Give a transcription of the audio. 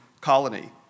colony